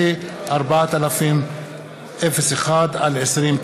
2017, פ/4201/20.